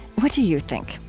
what do you think?